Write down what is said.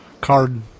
card